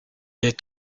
est